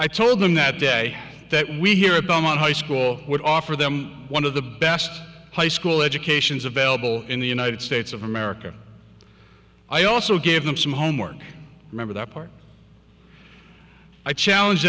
i told them that day that we here at home on high school would offer them one of the best high school educations available in the united states of america i also gave them some homework remember that part i challenge